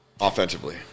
offensively